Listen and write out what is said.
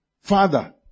Father